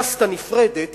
קאסטה נפרדת,